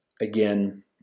Again